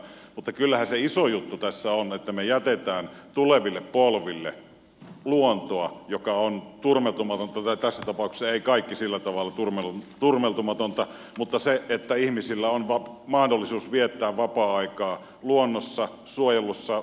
mutta kyllähän se iso juttu tässä on että me jätämme tuleville polville luontoa joka on turmeltumatonta tai tässä tapauksessa ei kaikki sillä tavalla turmeltumatonta mutta ihmisillä on mahdollisuus viettää vapaa aikaa luonnossa suojellussa ympäristössä